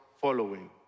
following